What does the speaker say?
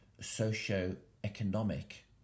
socio-economic